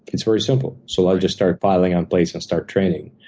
it's very simple. so i just start piling on plates and start training.